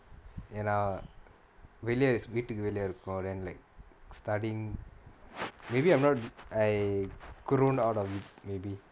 ஏனா வெளிய வீட்டுக்கு வெளிய இருக்கோம்:yaenaa veliya veetukku veliya irukkom then like studying maybe I'm not I grown out of it maybe